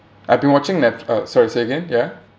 I've been watching net~ uh sorry say again ya